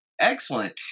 Excellent